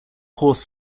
horse